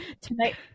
tonight